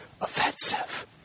Offensive